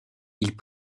ils